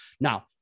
Now